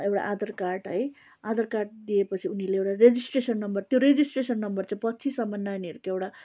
एउटा आधार कार्ड है आधार कार्ड दिएपछि उनीहरूले एउटा रेजिस्ट्रेसन नम्बर त्यो रेजिस्ट्रेसन नम्बर चाहिँ पछिसम्म नानीहरूको एउटा